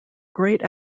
great